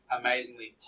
amazingly